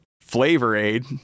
Flavor-Aid